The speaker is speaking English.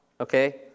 Okay